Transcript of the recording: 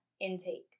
intake